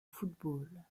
football